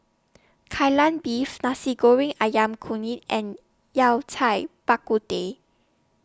Kai Lan Beef Nasi Goreng Ayam Kunyit and Yao Cai Bak Kut Teh